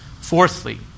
Fourthly